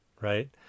right